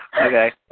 Okay